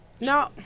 No